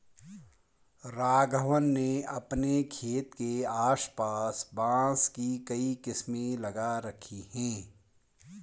राघवन ने अपने खेत के आस पास बांस की कई किस्में लगा रखी हैं